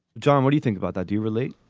john, what do you think about that? do you relate?